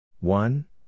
One